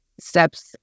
steps